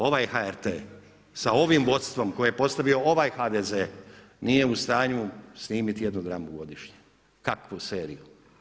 Ovaj HRT sa ovim vodstvom koje je postavio ovaj HDZ nije u stanju snimiti jedan program godišnje, kakvu seriju?